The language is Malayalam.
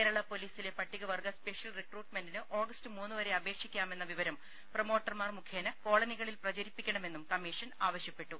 കേരള പൊലീസിലെ പട്ടിക വർഗ്ഗ സ്പെഷ്യൽ റിക്രൂട്ട്മെന്റിന് ഓഗസ്റ്റ് മൂന്നുവരെ അപേക്ഷിക്കാമെന്ന വിവരം പ്രമോട്ടർമാർ മുഖേന കോളനികളിൽ പ്രചരിപ്പിക്കണമെന്നും കമ്മീഷൻ ആവശ്യപ്പെട്ടു